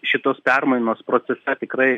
šitos permainos procese tikrai